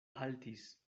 haltis